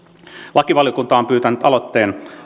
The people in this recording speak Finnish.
lakivaliokunta on pyytänyt aloitteen